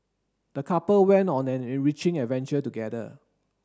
the couple went on an enriching adventure together